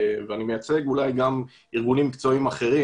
אני מייצג גם ארגונים אחרים.